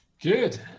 Good